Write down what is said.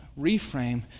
reframe